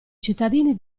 cittadini